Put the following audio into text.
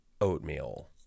oatmeal